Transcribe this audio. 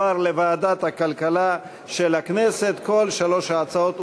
יואל חסון, אותו נושא, מי בעד?